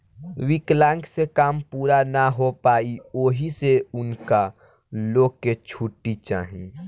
विकलांक से काम पूरा ना हो पाई ओहि से उनका लो के छुट्टी चाही